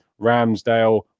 Ramsdale